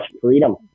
freedom